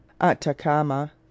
atacama